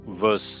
verse